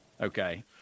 Okay